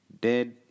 dead